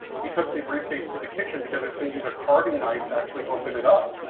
he took the briefcase to the kitchen because he was gonna use a carving knife to actually open it up.